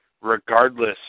regardless